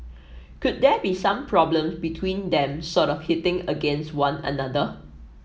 could there be some problem between them sort of hitting against one another